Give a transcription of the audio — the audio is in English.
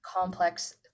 complex